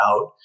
out